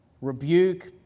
rebuke